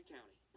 County